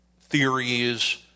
theories